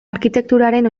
arkitekturaren